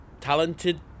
talented